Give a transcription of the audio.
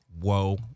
Whoa